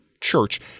church